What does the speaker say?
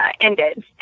ended